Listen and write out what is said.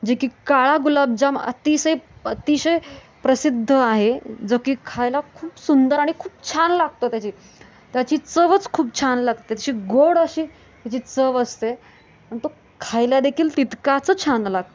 जे की काळा गुलाबजाम अतिशय अतिशय प्रसिद्ध आहे जो की खायला खूप सुंदर आणि खूप छान लागतो त्याची त्याची चवच खूप छान लागते त्याची गोड अशी त्याची चव असते आणि तो खायला देखील तितकाच छान लागतो